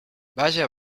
vaja